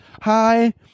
Hi